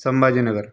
Sambhajinagar